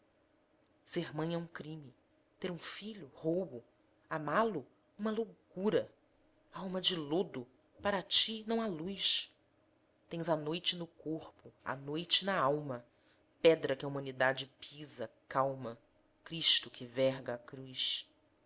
ser mãe é um crime ter um filho roubo amá-lo uma loucura alma de lodo para ti não há luz tens a noite no corpo a noite na alma pedra que a humanidade pisa calma cristo que verga à cruz